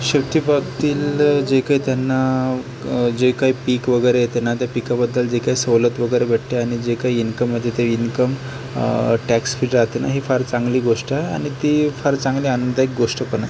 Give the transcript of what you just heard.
शेतीबाबतील जे काही त्यांना जे काही पीक वगैरे येतं ना पिकाबद्दल जे काही सवलत वगैरे भेटते आणि जे काही इनकम येते ते इनकम टॅक्स फ्री राहते ना हे फार चांगली गोष्ट आहे आणि ती फार चांगली आनंदायी गोष्ट पण आहे